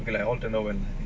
we are alternate [one]